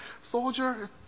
Soldier